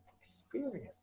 experience